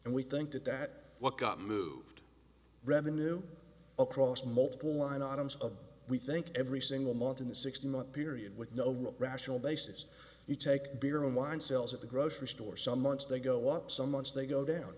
and we think that that what got moved revenue across multiple line items of we think every single month in the six month period with no real rational basis you take beer and wine sales at the grocery store some months they go up some months they go down